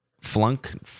Flunk